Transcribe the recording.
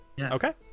Okay